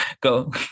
go